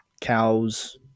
cows